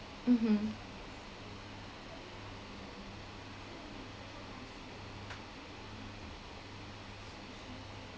mmhmm